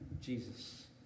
Jesus